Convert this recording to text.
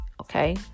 Okay